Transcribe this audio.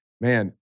man